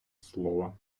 слова